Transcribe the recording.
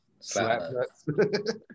Slapnuts